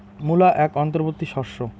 মূলা এক অন্তবর্তী শস্য